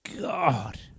God